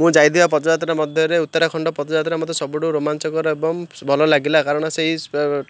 ମୁଁ ଯାଇଥିବା ପଦଯାତ୍ରା ମଧ୍ୟରେ ଉତ୍ତରାଖଣ୍ଡ ପଦଯାତ୍ରା ମୋତେ ସବୁଠୁ ରୋମାଞ୍ଚକର ଏବଂ ଭଲ ଲାଗିଲା କାରଣ ସେଇ